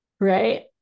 right